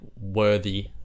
worthy